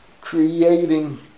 creating